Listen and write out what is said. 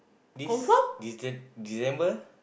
this Dec~ December